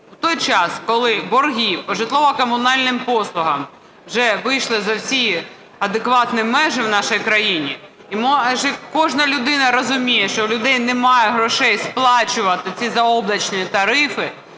В той час, коли борги по житлово-комунальним послугам вже вийшли за всі адекватні межі в нашій країні, і кожна людина розуміє, що в людей немає грошей сплачувати ці заоблачні тарифи,